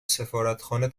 سفارتخانه